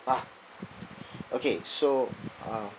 ah okay so uh